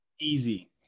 Easy